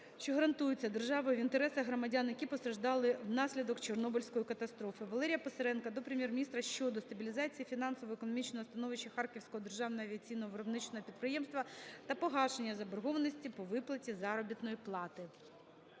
що гарантуються державою в інтересах громадян, які постраждали внаслідок Чорнобильської катастрофи. Валерія Писаренка до Прем'єр-міністра щодо стабілізації фінансово-економічного становища Харківського державного авіаційного виробничого підприємства та погашення заборгованості по виплаті заробітної плати.